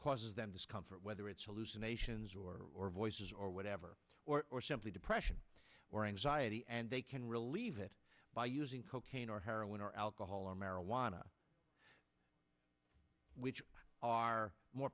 causes them discomfort whether it's hallucinations or or voices or whatever or simply depression or anxiety and they can relieve it by using cocaine or heroin or alcohol or marijuana which are more